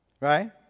Right